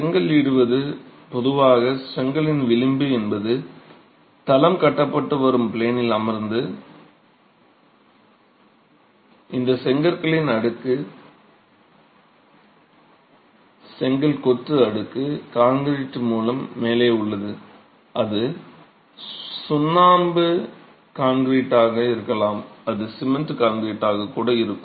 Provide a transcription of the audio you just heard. செங்கல் இடுவது பொதுவாக செங்கலின் விளிம்பு என்பது தளம் கட்டப்பட்டு வரும் ப்ளேனில் இருந்து இந்த செங்கற்களின் அடுக்கு செங்கல் கொத்து அடுக்கு கான்கிரீட் மூலம் மேலே உள்ளது அது சுண்ணாம்பு கான்கிரீட்டாக இருக்கலாம் அது சிமென்ட் கான்கிரீட்டாக கூட இருக்கும்